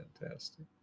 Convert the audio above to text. fantastic